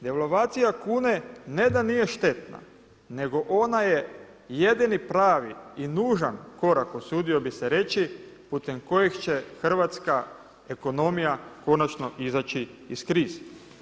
Devalvacija kune ne da nije štetna nego ona je jedini pravi i nužan korak, usudio bih se reći putem kojeg će hrvatska ekonomija konačno izaći iz krize.